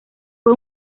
fue